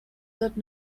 that